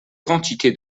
quantité